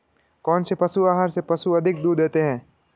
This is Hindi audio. कौनसे पशु आहार से पशु अधिक दूध देते हैं?